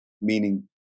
meaning